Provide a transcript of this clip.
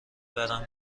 برم